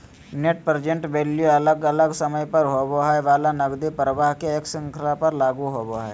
net present value अलग अलग समय पर होवय वला नकदी प्रवाह के एक श्रृंखला पर लागू होवय हई